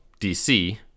DC